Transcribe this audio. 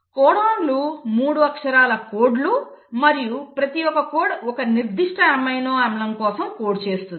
కోడాన్లు 3 అక్షరాల కోడ్ మరియు ప్రతి కోడ్ ఒక నిర్దిష్ట అమైనో ఆమ్లం కోసం కోడ్ చేస్తుంది